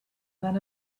than